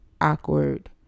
awkward